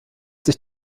sich